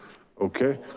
okay.